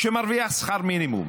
שמרוויח שכר מינימום